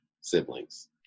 siblings